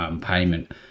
payment